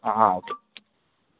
ആ ആ ഓക്കെ